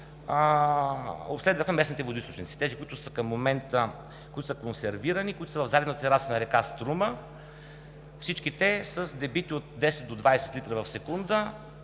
обследваха местните водоизточници – тези, които към момента са консервирани, които са в задната тераса на река Струма. Всички те са с дебити от 10 до 20 литра в секунда